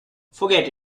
forget